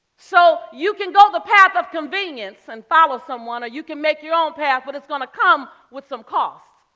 so you can go the path of convenience and follow someone, or you can make your own path, but it's going ah come with some cost.